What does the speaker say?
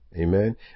Amen